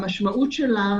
המשמעות שלה,